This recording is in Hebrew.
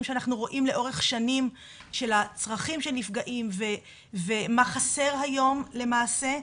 שאנחנו רואים במשך שנים לגבי הצרכים של הנפגעים ומה חסר היום למעשה.